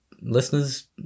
listeners